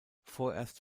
vorerst